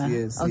Yes